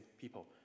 people